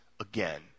again